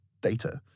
data